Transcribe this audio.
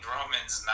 Romans